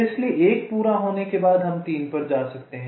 इसलिए 1 पूरा होने के बाद हम 3 पर जा सकते हैं